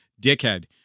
dickhead